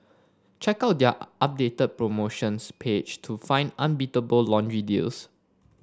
check out their updated promotions page to find unbeatable laundry deals